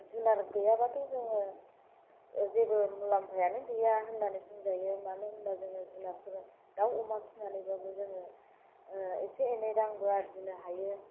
जुनार गैयाब्लाथ' जोङो जेबो मुलाम्फायानो गैया होननानै बुंजायो मानो होनबा जों जुनारफोर दाउ अमा फिसिनानैब्लाबो जोङो एसे एनै रांबो आरजिनो हायो